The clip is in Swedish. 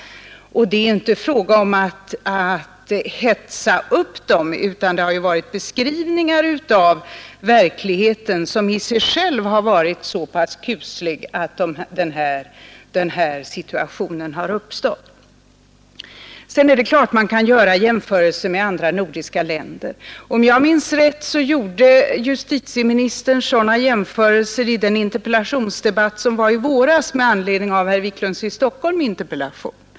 Det är inte fråga om att hetsa upp dem, utan det är beskrivningar av verkligheten, som i sig själva har varit så pass kusliga att den här situationen har uppstått. Man kan vidare självfallet göra jämförelser med andra nordiska länder. Om jag minns rätt gjorde justitieministern sådana jämförelser i den interpellationsdebatt som fördes i våras med anledning av herr Wiklunds i Stockholm interpellation.